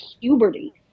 puberty